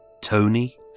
Tony